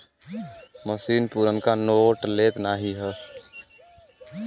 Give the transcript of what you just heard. मसीन पुरनका नोट लेत नाहीं हौ